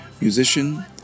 Musician